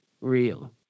real